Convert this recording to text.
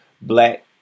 black